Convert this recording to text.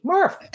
Murph